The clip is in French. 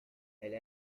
elle